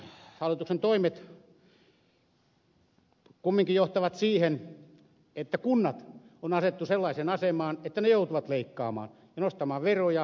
hallituksen toimet kumminkin johtavat siihen että kunnat on asetettu sellaiseen asemaan että ne joutuvat leikkaamaan ja nostamaan veroja ja maksuja